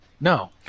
No